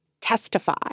testify